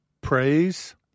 Praise